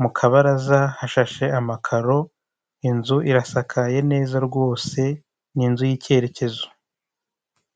mu kabaraza hashashe amakaro, inzu irasakaye neza rwose, ni inzu y'icyerekezo.